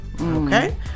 okay